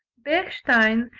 bechstein,